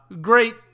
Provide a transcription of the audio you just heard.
Great